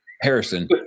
harrison